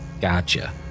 Gotcha